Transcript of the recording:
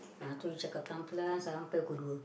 ah itu you cakap perlahan lahan sampai pukul dua